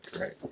Right